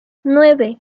nueve